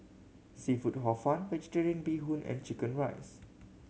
seafood Hor Fun Vegetarian Bee Hoon and chicken rice